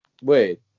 Wait